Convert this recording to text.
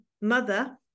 mother